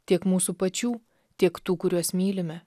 tiek mūsų pačių tiek tų kuriuos mylime